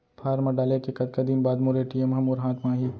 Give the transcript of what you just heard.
Form डाले के कतका दिन बाद मोर ए.टी.एम ह मोर हाथ म आही?